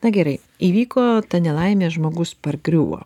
na gerai įvyko ta nelaimė žmogus pargriuvo